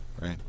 Right